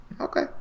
Okay